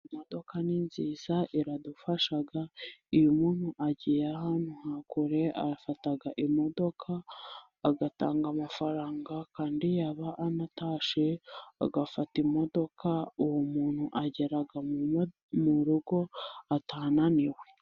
Imodoka ni nziza iradufasha iyo umuntu agiye ahantu ha kure afata imodoka agatanga amafaranga kandi yaba anatashye agafata imodoka. Uwo muntu agera mu rugo atananiwe.